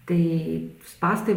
tai spąstai